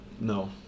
No